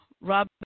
Rob